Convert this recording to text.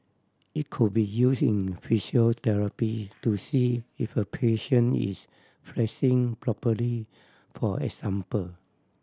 it could be use in physiotherapy to see if a patient is flexing properly for example